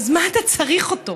אז מה אתה צריך אותו?